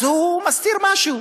אז הוא מסתיר משהו.